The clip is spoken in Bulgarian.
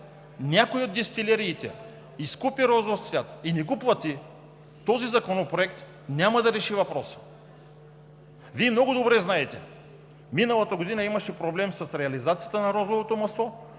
някоя от дестилериите изкупи розов цвят и не го плати, този законопроект няма да реши въпроса. Вие много добре знаете – миналата година имаше проблем с реализацията на розовото масло.